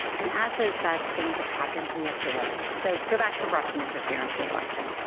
and as those bad things have happened, we have to learn. so go back to russian interference in the election.